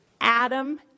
Adam